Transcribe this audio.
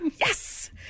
yes